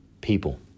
people